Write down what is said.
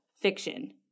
fiction